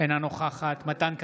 אינה נוכחת מתן כהנא,